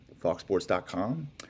foxsports.com